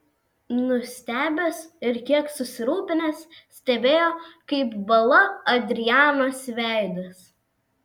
nustebęs ir kiek susirūpinęs stebėjo kaip bąla adrianos veidas